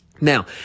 Now